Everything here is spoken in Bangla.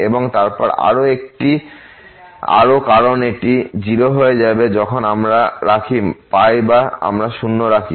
এবং তারপর আরও কারণ এটি 0 হয়ে যাবে যখন আমরা রাখি বা আমরা শূন্য রাখি